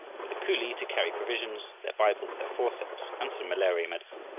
with a coolie to carry provisions, their bibles, their forceps, and some malaria medicine,